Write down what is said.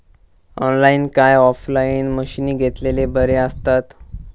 Online काय offline मशीनी घेतलेले बरे आसतात?